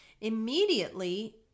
Immediately